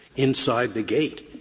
inside the gate,